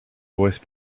voice